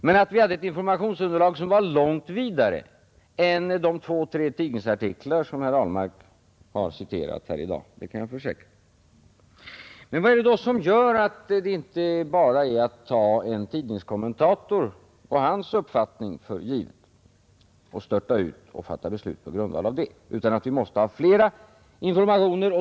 Men att vi hade ett informationsunderlag långt vidare än de två tre tidningsartiklar som herr Ahlmark har citerat här i dag, det kan jag försäkra. Vad är det då som gör att det inte bara är att ta en tidningskommentators uppfattning för given och störta ut och fatta beslut på grundval av den, utan att vi måste ha flera informationer?